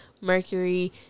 mercury